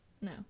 No